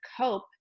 cope